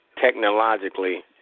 technologically